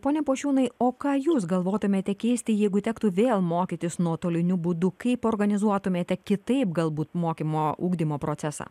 pone pošiūnai o ką jūs galvotumėte keisti jeigu tektų vėl mokytis nuotoliniu būdu kaip organizuotumėte kitaip galbūt mokymo ugdymo procesą